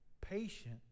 Patient